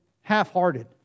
half-hearted